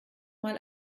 mal